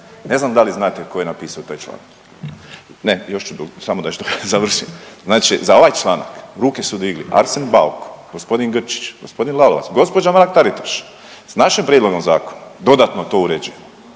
Ne znam da li znate tko je napisao taj članak? Ne, još ću, samo da nešto završim. Znači za ovaj članak ruke su digli Arsen Bauk, g. Grčić, g. Lalovac, gđa. Mrak-Taritaš, s našim prijedlogom zakona dodatno to uređujemo.